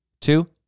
two